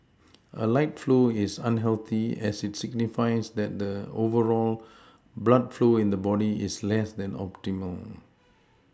a light flow is unhealthy as it signifies that the overall blood flow in the body is less than optimal